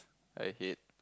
I hate